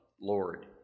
Lord